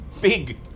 big